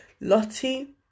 lottie